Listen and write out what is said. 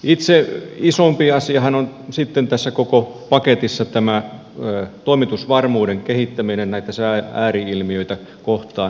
itse isompi asiahan on sitten tässä koko paketissa tämä toimitusvarmuuden kehittäminen näitä sään ääri ilmiöitä kohtaan